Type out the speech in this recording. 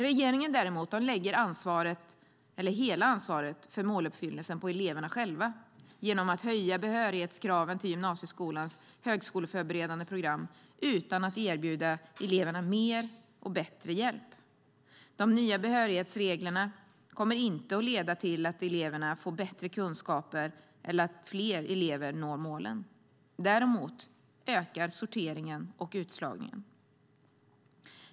Regeringen lägger däremot hela ansvaret för måluppfyllelsen på eleverna själva genom att höja behörighetskraven till gymnasieskolans högskoleförberedande program utan att erbjuda eleverna mer och bättre hjälp. De nya behörighetsreglerna kommer inte att leda till att eleverna får bättre kunskaper eller att fler elever når målen. Däremot ökar sorteringen och utslagningen.